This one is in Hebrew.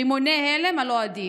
רימוני הלם על אוהדים,